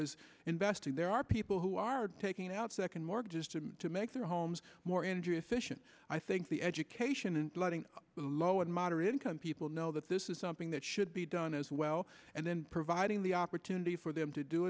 is investing there are people who are taking out second mortgages to make their homes more energy efficient i think the education and loving low and moderate income people know that this is something that should be done as well and then providing the opportunity for them to do